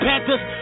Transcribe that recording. Panthers